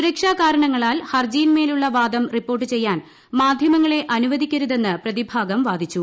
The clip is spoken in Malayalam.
സുരക്ഷാ കാരണങ്ങളാൽ ഹർജിയിന്മേലുള്ള വാദം റിപ്പോർട്ട് ചെയ്യാൻ മാധ്യമങ്ങളെ അനുവദിക്കരുതെന്ന് പ്രതിഭാഗം വാദിച്ചു